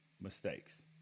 mistakes